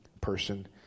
person